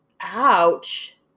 Ouch